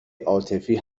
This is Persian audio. عاطفی